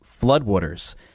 floodwaters